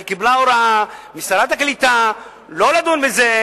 כי היא קיבלה הוראה משרת הקליטה לא לדון בזה,